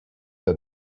der